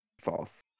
false